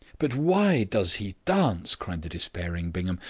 but why does he dance? cried the despairing bingham.